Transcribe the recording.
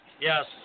Yes